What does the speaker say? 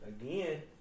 Again